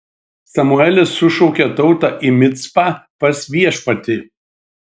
samuelis sušaukė tautą į micpą pas viešpatį